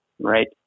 Right